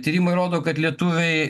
tyrimai rodo kad lietuviai